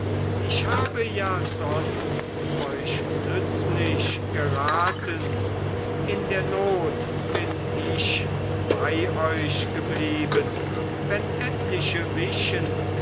ich habe ja sonst euch nützlich geraten in der not bin ich bei euch geblieben wenn etliche wichen